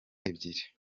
ebyiri